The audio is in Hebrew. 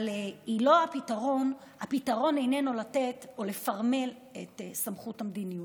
אבל הפתרון איננו לתת או לפרמל את סמכות המדיניות.